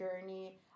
journey